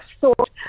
thought